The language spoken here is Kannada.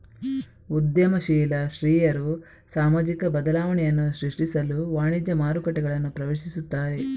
ಉದ್ಯಮಶೀಲ ಸ್ತ್ರೀಯರು ಸಾಮಾಜಿಕ ಬದಲಾವಣೆಯನ್ನು ಸೃಷ್ಟಿಸಲು ವಾಣಿಜ್ಯ ಮಾರುಕಟ್ಟೆಗಳನ್ನು ಪ್ರವೇಶಿಸುತ್ತಾರೆ